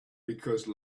because